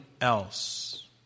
else